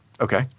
Okay